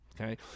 Okay